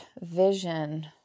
vision